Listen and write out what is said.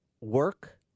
work